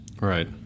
Right